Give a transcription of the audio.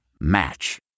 Match